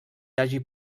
hagi